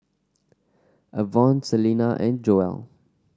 Avon Celina and Joel